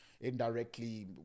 indirectly